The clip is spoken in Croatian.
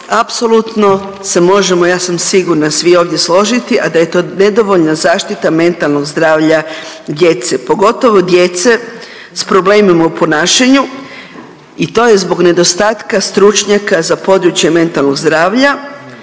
apsolutno se možemo ja sam sigurna svi ovdje složiti, a da je to nedovoljna zaštita mentalnog zdravlja djece. Pogotovo djece s problemima u ponašanju i to je zbog nedostatka stručnjaka za područje mentalnog zdravlja